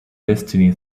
destiny